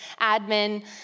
admin